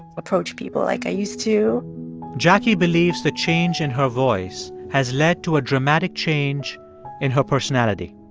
approach people like i used to jackie believes the change in her voice has led to a dramatic change in her personality.